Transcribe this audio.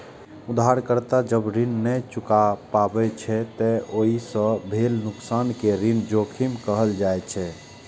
उधारकर्ता जब ऋण नै चुका पाबै छै, ते ओइ सं भेल नुकसान कें ऋण जोखिम कहल जाइ छै